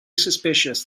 suspicious